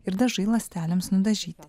ir dažai ląstelėms nudažyti